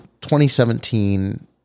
2017